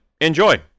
enjoy